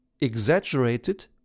exaggerated